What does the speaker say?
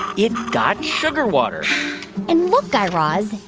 it got sugar water and look, guy raz.